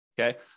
Okay